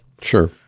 sure